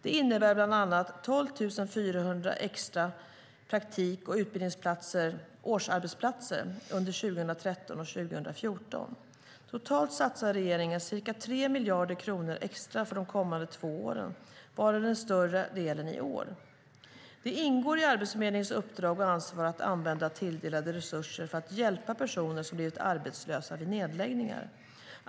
Det innebär bland annat 12 400 extra praktik och utbildningsplatser - årsarbetsplatser - under 2013 och 2014. Totalt satsar regeringen ca 3 miljarder kronor för de kommande två åren, varav den större delen i år. Det ingår också i Arbetsförmedlingens uppdrag och ansvar att använda tilldelade resurser för att hjälpa personer som blivit arbetslösa vid nedläggningar.